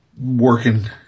working